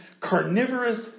carnivorous